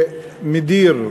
שמדיר,